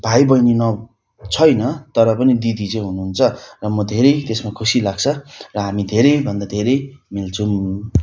भाइ बहिनी न छैन तर पनि दिदी चाहिँ हुनु हुन्छ र म धेरै त्यसमा खुसी लाग्छ र हामी धेरैभन्दा धेरै मिल्छौँ